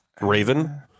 Raven